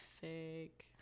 Fake